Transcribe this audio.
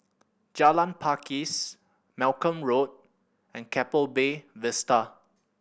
Jalan Pakis Malcolm Road and Keppel Bay Vista